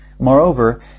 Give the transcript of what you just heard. Moreover